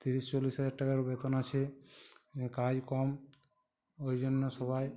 তিরিশ চল্লিশ হাজার টাকার বেতন আছে এখানে কাজ কম ওই জন্য সবাই